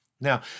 Now